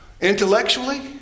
Intellectually